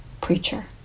preacher